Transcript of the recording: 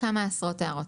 כמה עשרות הערות.